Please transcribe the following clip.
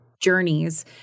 journeys